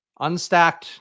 Unstacked